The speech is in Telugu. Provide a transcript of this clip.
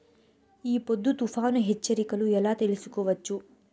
ఈ పొద్దు తుఫాను హెచ్చరికలు ఎలా తెలుసుకోవచ్చు?